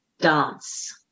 Dance